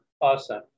Awesome